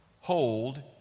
hold